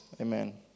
Amen